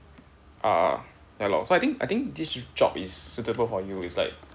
ah ya lor so I think I think this job is suitable for you is like